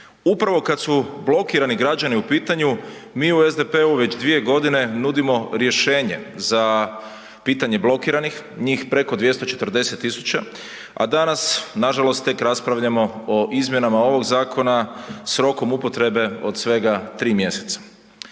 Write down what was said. Upravo kad su blokirani građani u pitanju mi u SDP-u već 2 godine nudimo rješenje za pitanje blokiranih, njih preko 240.000, a danas nažalost tek raspravljamo o izmjenama ovog zakona s rokom upotrebe od svega 3 mjeseca.